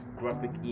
graphic